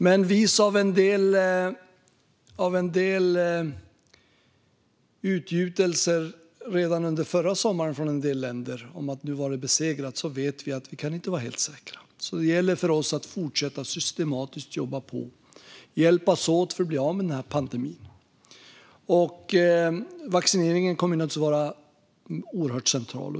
Men visa av uttalanden från en del länder redan under förra sommaren om att detta hade besegrats vet vi att vi inte kan vara helt säkra. Det gäller för oss att fortsätta jobba på systematiskt och hjälpas åt för att bli av med pandemin. Vaccineringen kommer naturligtvis att vara oerhört central.